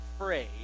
afraid